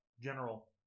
general